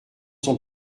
son